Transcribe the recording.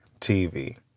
TV